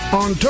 on